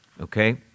Okay